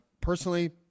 personally